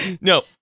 No